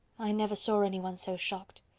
i never saw anyone so shocked.